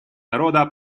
народа